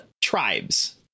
tribes